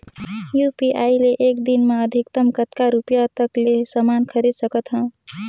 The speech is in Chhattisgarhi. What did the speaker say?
यू.पी.आई ले एक दिन म अधिकतम कतका रुपिया तक ले समान खरीद सकत हवं?